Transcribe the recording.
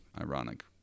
ironic